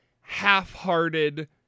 half-hearted